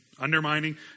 undermining